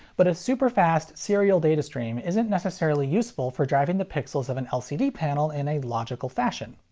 but a super fast serial datastream isn't necessarily useful for driving the pixels of an lcd panel in a logical fashion.